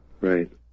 Right